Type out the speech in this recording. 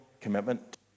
commitment